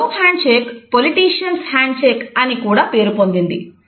glove handshake అని కూడా పేరు పొందింది